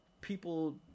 people